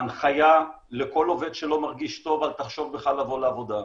ההנחיה לכל עובד שלא מרגיש טוב: אל תחשוב בכלל לבוא לעבודה.